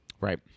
Right